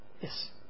Yes